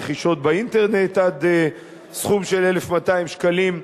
רכישות באינטרנט עד סכום של 1,200 שקלים.